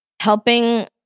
Helping